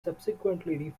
subsequently